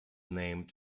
named